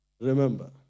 Remember